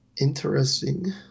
interesting